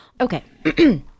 Okay